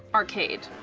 arcade.